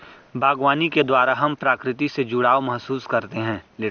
बागवानी के द्वारा हम प्रकृति से जुड़ाव महसूस करते हैं